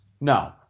No